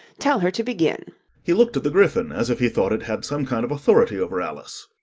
tell her to begin he looked at the gryphon as if he thought it had some kind of authority over alice.